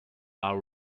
are